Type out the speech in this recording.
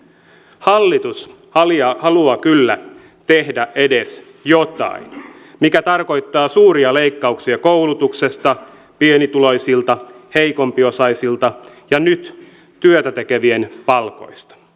hallitus haluaa kyllä tehdä edes jotain mikä tarkoittaa suuria leikkauksia koulutuksesta pienituloisilta heikompiosaisilta ja nyt työtätekevien palkoista